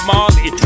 Marley